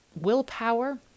willpower